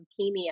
leukemia